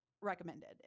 recommended